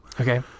Okay